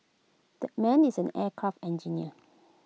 that man is an aircraft engineer